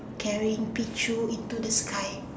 carrying Pichu into the sky